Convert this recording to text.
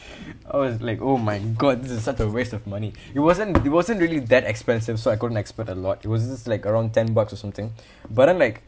oh it's like oh my god this is such a waste of money it wasn't it wasn't really that expensive so I couldn't expect a lot it was just like around ten bucks or something but then like